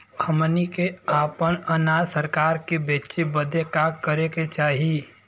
हमनी के आपन अनाज सरकार के बेचे बदे का करे के चाही?